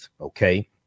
Okay